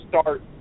start